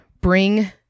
Bring